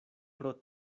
pro